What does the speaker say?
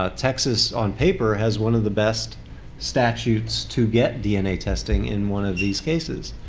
ah texas on paper has one of the best statutes to get dna testing in one of these cases.